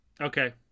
Okay